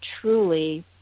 truly